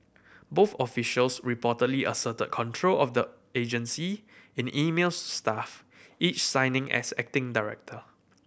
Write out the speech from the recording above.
both officials reportedly asserted control of the agency in emails to staff each signing as acting director